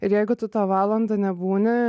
ir jeigu tu tą valandą nebūni